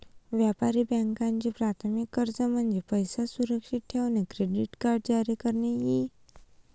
व्यापारी बँकांचे प्राथमिक कार्य म्हणजे पैसे सुरक्षित ठेवणे, क्रेडिट कार्ड जारी करणे इ